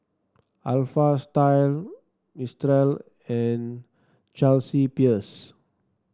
Alpha Style Mistral and Chelsea Peers